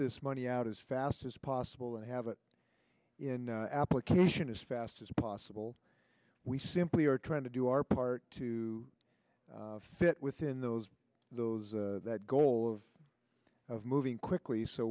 this money out as fast as possible and have it in application as fast as possible we simply are trying to do our part to fit within those those goal of of moving quickly so